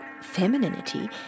femininity